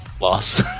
Loss